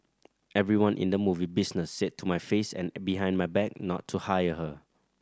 everyone in the movie business said to my face and behind my back not to hire her